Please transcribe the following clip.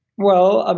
well,